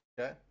Okay